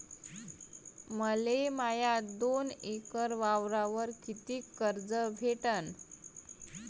मले माया दोन एकर वावरावर कितीक कर्ज भेटन?